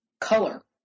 color